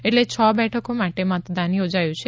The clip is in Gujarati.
એટલે છ બેઠકો માટે મતદાન યોજાયું છે